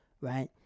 right